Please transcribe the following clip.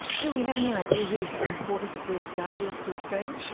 do we have any idea who imported the first gaggias to australia?